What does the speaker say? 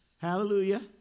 hallelujah